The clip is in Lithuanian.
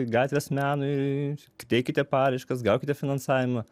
gatvės menui teikite paraiškas gaukite finansavimą